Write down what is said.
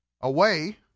away